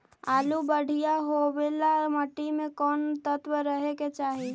आलु बढ़िया होबे ल मट्टी में कोन तत्त्व रहे के चाही?